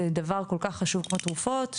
ודבר כל-כך חשוב כמו תרופות,